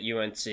UNC